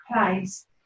place